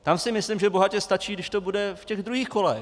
Tam si myslím, že bohatě stačí, když to bude v těch druhých kolech.